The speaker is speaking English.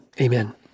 amen